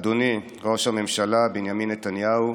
אדוני ראש הממשלה בנימין נתניהו,